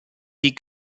die